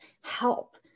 help